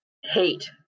hate